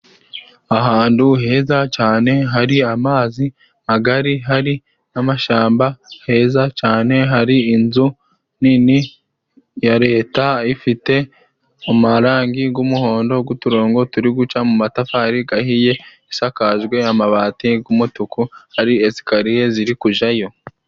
Ahandu heza cane hari amazi, hagari hari n'amashamba, heza cane hari inzu nini ya Leta ifite amarangi g'umuhondo, n'uturongo turi guca mu matafari gahiye, isakajwe amabati g'umutuku hari esikariye ziri kujayo.